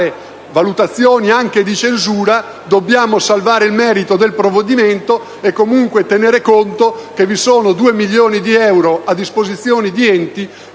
valutazioni anche di censura, dobbiamo salvare il merito del provvedimento, e comunque tener conto che vi sono due milioni di euro a disposizione di enti